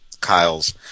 Kyle's